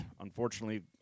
unfortunately